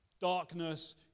darkness